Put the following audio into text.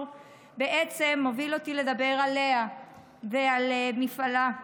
בעצם הובילה אותי לדבר עליה ועל מפעלה.